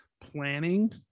planning